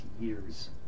years